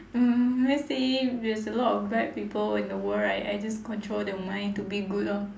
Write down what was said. mm let's say there's a lot of bad people in the world right I just control their mind to be good lor